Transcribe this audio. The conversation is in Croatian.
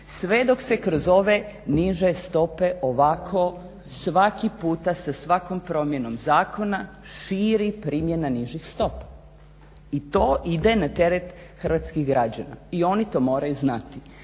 sve dok se kroz ove niže stope ovako svaki puta sa svakom promjenom zakona širi primjena nižih stopa. I to ide na teret hrvatskih građana i oni to moraju znati.